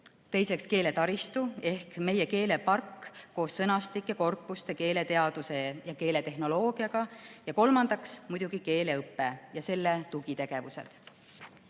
Teiseks, keeletaristu ehk meie keelepark koos sõnastike, korpuste, keeleteaduse ja keeletehnoloogiaga. Ja kolmandaks muidugi keeleõpe ja selle tugitegevused.